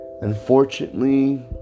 unfortunately